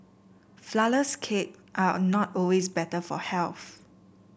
flourless cake are not always better for health